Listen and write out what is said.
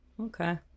Okay